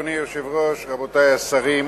אדוני היושב-ראש, רבותי השרים,